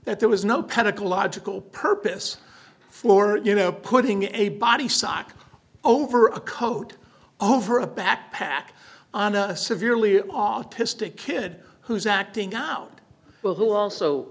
that there was no panic a logical purpose floor you know putting a body sock over a coat over a backpack on a severely autistic kid who's acting out well who also